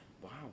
Wow